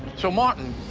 so, martin,